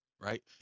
right